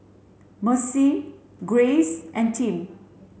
Mercer Grace and Tim